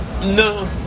No